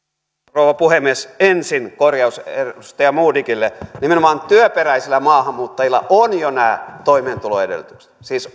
rouva puhemies ensin korjaus edustaja modigille nimenomaan työperäisillä maahanmuuttajilla on jo nämä toimeentuloedellytykset siis